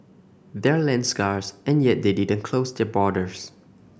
they're land scarce and yet they didn't close their borders